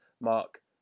mark